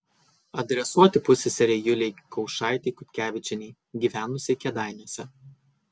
adresuoti pusseserei julei kaušaitei kutkevičienei gyvenusiai kėdainiuose